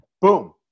Boom